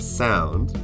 sound